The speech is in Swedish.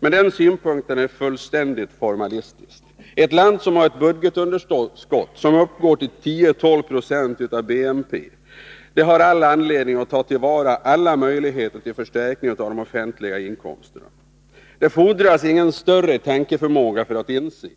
Men den synpunkten är fullständigt formalistisk. Ett land som har ett budgetunderskott som uppgår till 10-12 26 av BNP har all anledning att ta till vara alla möjligheter till förstärkning av de offentliga inkomsterna. Det fordras ingen större tankeförmåga för att inse